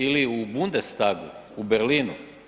Ili u Bundestagu u Berlinu?